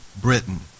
Britain